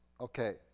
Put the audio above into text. Okay